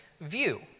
view